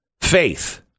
faith